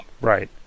Right